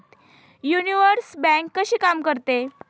Universal bank कशी काम करते?